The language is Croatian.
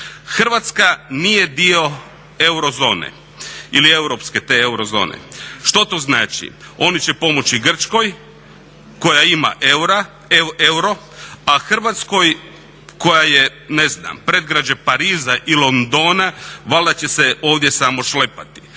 Hrvatska nije dio eurozone ili europske te eurozone. Što to znači? Oni će pomoći Grčkoj koja ima euro, a Hrvatskoj koja je predgrađe Pariza i Londona valjda će se ovdje samo šlepati.